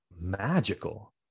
magical